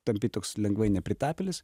tampi toks lengvai nepritapėlis